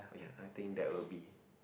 ya I think that would be